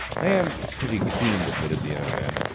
i am pretty keen, admitted the young man.